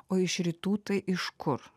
o iš rytų tai iš kur